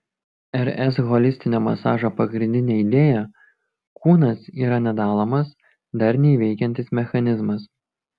rs holistinio masažo pagrindinė idėja kūnas yra nedalomas darniai veikiantis mechanizmas